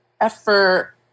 effort